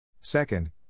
Second